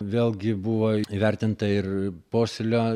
vėlgi buvo įvertinta ir posėlio